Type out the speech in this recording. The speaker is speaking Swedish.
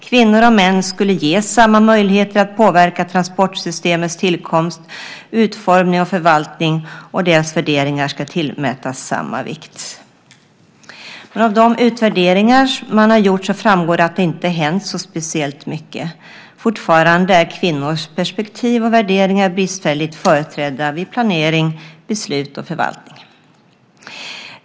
Kvinnor och män ska ges samma möjligheter att påverka transportsystemets tillkomst, utformning och förvaltning, och deras värderingar ska tillmätas samma vikt. Men av de utvärderingar som man har gjort framgår det att det inte har hänt speciellt mycket. Fortfarande är kvinnors perspektiv och värderingar bristfälligt företrädda vid planering, beslut och förvaltning.